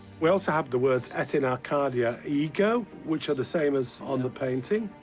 we also have the words, et in arcadia ego, which are the same as on the painting.